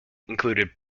included